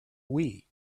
wii